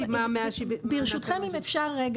אם אפשר,